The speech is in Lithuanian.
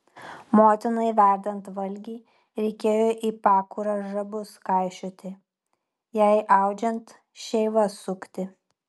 motinai verdant valgį reikėjo į pakurą žabus kaišioti jai audžiant šeivas sukti